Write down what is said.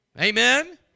Amen